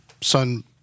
son